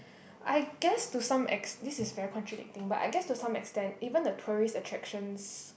I guess to some ex this is very contradicting but I guess to some extent even the tourist attractions